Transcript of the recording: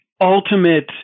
ultimate